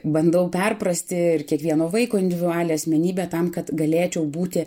bandau perprasti ir kiekvieno vaiko individualią asmenybę tam kad galėčiau būti